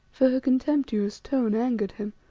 for her contemptuous tone angered him,